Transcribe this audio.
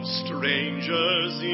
strangers